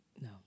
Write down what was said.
No